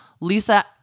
Lisa